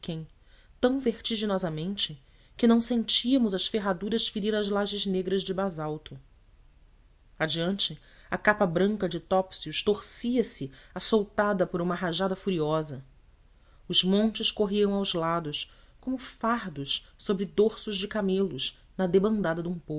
siquém tão vertiginosamente que não sentíamos as ferraduras ferir as lajes negras de basalto adiante a capa branca de topsius torcia-se açoutada por uma rajada furiosa os montes corriam aos lados como fardos sobre dorsos de camelos na debandada de